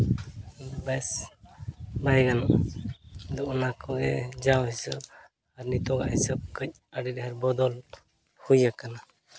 ᱵᱮᱥ ᱵᱟᱭ ᱜᱟᱱᱚᱜᱼᱟ ᱟᱫᱚ ᱚᱱᱟ ᱠᱚᱜᱮ ᱡᱟᱣ ᱦᱤᱥᱟᱹᱵ ᱟᱨ ᱱᱤᱛᱚᱜ ᱟᱜ ᱦᱤᱥᱟᱹᱵ ᱠᱟᱹᱡ ᱟᱹᱰᱤ ᱰᱷᱮᱨ ᱵᱚᱫᱚᱞ ᱦᱩᱭ ᱟᱠᱟᱱᱟ